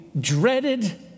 dreaded